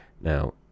Now